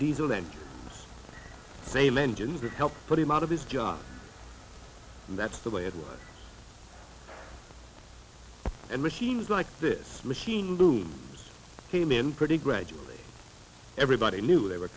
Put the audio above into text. diesel that same engine that helped put him out of his job that's the way it was and machines like this machine looms came in pretty gradually everybody knew they were